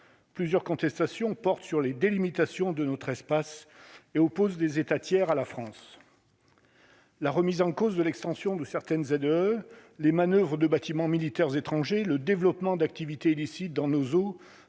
plusieurs contestations portent sur les délimitations de notre espace et oppose des États tiers à la France. La remise en cause de l'extension de certaines aides les manoeuvres ou de bâtiments militaires étrangers, le développement d'activités illicites dans nos eaux